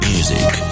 Music